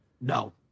No